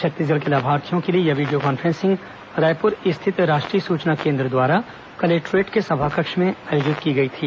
छत्तीसगढ़ के लाभार्थियों के लिए यह वीडियो कॉन्फ्रेंसिंग रायपुर स्थित राष्ट्रीय सूचना केंद्र द्वारा कलेक्टोरेट के सभाकक्ष में आयोजित की गई थी